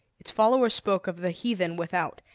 its followers spoke of the heathen without,